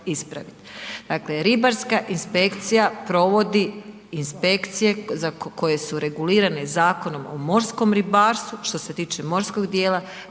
Dakle ribarska inspekcija provodi inspekcije za koje su regulirane Zakonom o morskom ribarstvu što se tiče morskog djela,